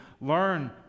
learn